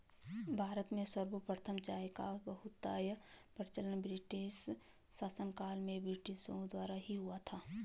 भारत में सर्वप्रथम चाय का बहुतायत प्रचलन ब्रिटिश शासनकाल में ब्रिटिशों द्वारा ही हुआ था